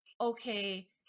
okay